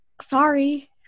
Sorry